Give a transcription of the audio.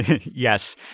Yes